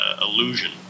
illusion